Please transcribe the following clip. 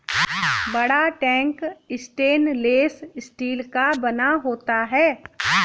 बड़ा tank stainless steel का बना होता है